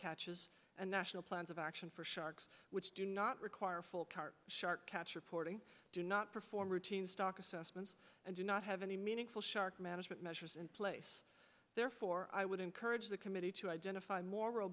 catches and national plans of action for sharks which do not require full card shark catch reporting do not perform routine stock assessments and do not have any meaningful shark management measures in therefore i would encourage the committee to identify more r